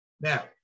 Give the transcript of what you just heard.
Now